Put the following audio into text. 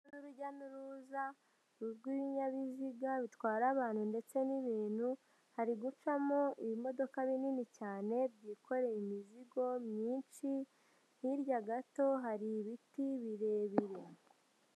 urujya n'uruza rw'ibinyabiziga bitwara abantu ndetse n'ibintu, hari gucamo ibimodoka binini cyane byikoreye imizigo myinshi hirya gato hari ibiti birebire.